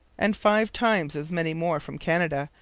and five times as many more from canada,